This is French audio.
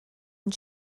une